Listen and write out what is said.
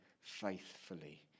faithfully